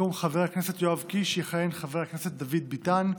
במקום חבר הכנסת יואב קיש יכהן חבר הכנסת דוד ביטן,